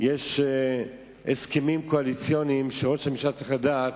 יש הסכמים קואליציוניים, וראש הממשלה צריך לדעת